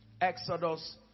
Exodus